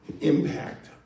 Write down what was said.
impact